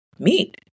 Meet